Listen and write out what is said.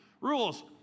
rules